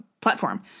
platform